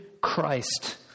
Christ